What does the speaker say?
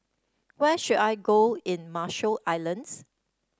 where should I go in Marshall Islands